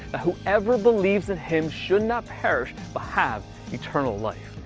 that whoever believes in him should not perish but have eternal life.